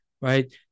Right